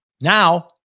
Now